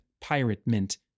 pirate-mint